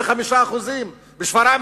25%; בשפרעם,